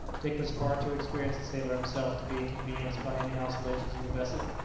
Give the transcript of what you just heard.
dick was far too experienced a sailor himself to be inconvenienced by any oscillations of the vessel,